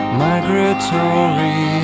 migratory